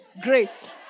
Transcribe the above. Grace